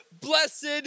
blessed